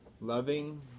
loving